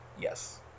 Yes